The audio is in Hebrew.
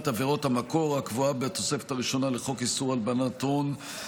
עבירות המקור הקבועה בתוספת הראשונה לחוק איסור הלבנת הון,